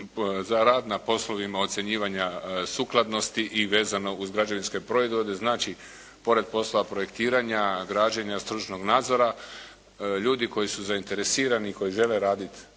za rad na poslovima ocjenjivanja sukladnosti i vezano uz građevinske proizvod. Znači pored posla projektiranja, građenja, stručnog nadzora, ljudi koji su zainteresirani koji žele raditi